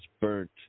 burnt